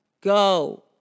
go